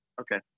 Okay